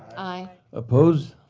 aye. opposed?